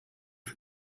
for